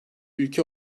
ülke